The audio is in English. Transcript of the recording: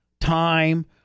time